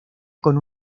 con